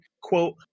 quote